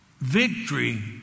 victory